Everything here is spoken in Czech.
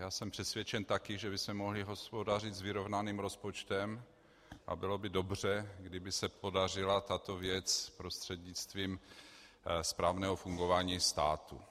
Já jsem přesvědčen taky, že bychom mohli hospodařit s vyrovnaným rozpočtem, a bylo by dobře, kdyby se podařila tato věc prostřednictvím správného fungování státu.